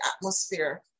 atmosphere